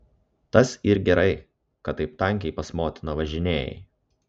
tas yr gerai kad taip tankiai pas motiną važinėjai